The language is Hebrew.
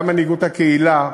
גם מנהיגות הקהילה,